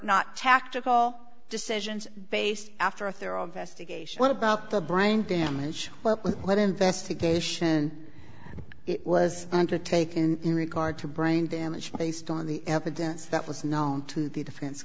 not tactical decisions based after a thorough investigation what about the brain damage well with that investigation it was undertaken in regard to brain damage based on the evidence that was known to the defense